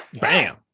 Bam